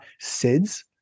SIDS